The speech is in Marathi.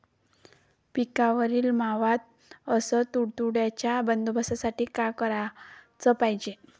पिकावरील मावा अस तुडतुड्याइच्या बंदोबस्तासाठी का कराच पायजे?